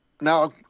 Now